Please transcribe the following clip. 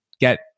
get